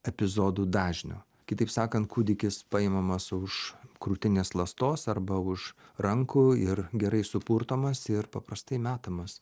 epizodų dažnio kitaip sakant kūdikis paimamas už krūtinės ląstos arba už rankų ir gerai supurtomas ir paprastai metamas